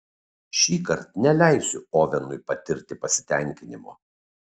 šįkart neleisiu ovenui patirti pasitenkinimo